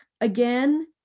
again